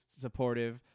supportive